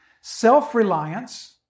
Self-reliance